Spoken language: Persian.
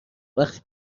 وقتی